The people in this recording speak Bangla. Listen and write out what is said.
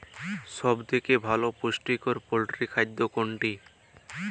সব থেকে ভালো পুষ্টিকর পোল্ট্রী খাদ্য কোনটি?